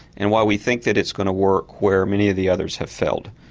and why we think that it's going to work where many of the others have failed.